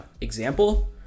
example